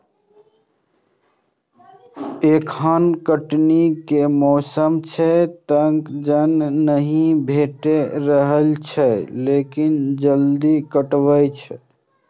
एखन कटनी के मौसम छैक, तें जन नहि भेटि रहल छैक, लेकिन जल्दिए करबै